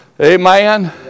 Amen